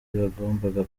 bagombaga